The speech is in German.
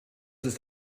ist